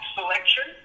selection